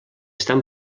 estan